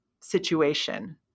situation